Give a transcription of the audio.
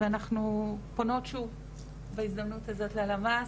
ואנחנו פונות שוב בהזדמנות הזאת ללמ"ס,